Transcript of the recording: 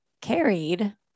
carried